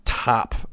top